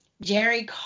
Jerry